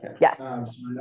Yes